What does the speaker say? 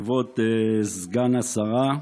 כבוד סגן השרה,